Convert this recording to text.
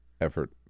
effort